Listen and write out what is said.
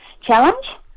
challenge